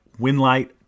Winlight